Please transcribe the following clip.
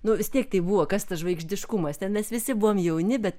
nu vis tiek tai buvo kas tas žvaigždiškumas ten mes visi buvom jauni bet